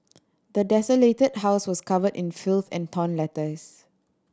the desolated house was covered in filth and torn letters